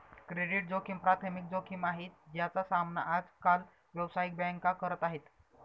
credit जोखिम प्राथमिक जोखिम आहे, ज्याचा सामना आज काल व्यावसायिक बँका करत आहेत